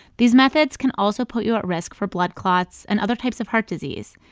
these methods can also put you at risk for blood clots and other types of heart disease.